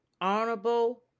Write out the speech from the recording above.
honorable